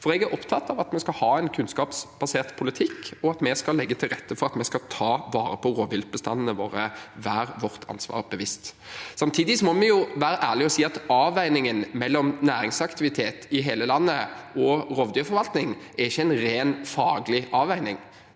Jeg er opptatt av at vi skal ha en kunnskapsbasert politikk, og at vi skal legge til rette for at vi skal ta vare på rovviltbestandene våre – være oss vårt ansvar bevisst. Samtidig må vi være ærlige og si at avveiningen mellom næringsaktivitet i hele landet og rovdyrforvaltning ikke er en rent faglig avveining.